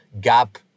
gap